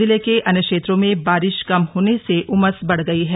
जिले के अन्य क्षेत्रों में बारिश कम होने से उमस बढ़ गई है